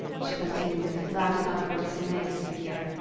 she continued, loud enough for the senator to hear,